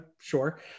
sure